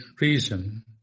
reason